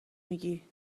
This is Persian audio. میگی